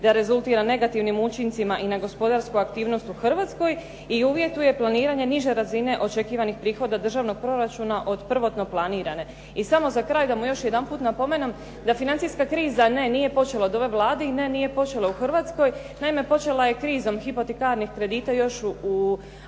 da rezultira negativnim učincima i na gospodarsku aktivnost u Hrvatskoj i uvjetuje planiranje niže razine očekivanih prihoda državnog proračuna od prvotno planirane. I samo za kraj da mu još jedanput napomenem da financijska kriza ne, nije počela od ove Vlade i ne, nije počela u Hrvatskoj. Naime, počela je krizom hipotekarnih kredita još u Americi